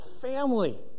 family